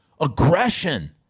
aggression